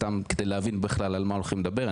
סתם כדי להבין על מה הולכים לדבר.